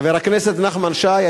חבר הכנסת נחמן שי,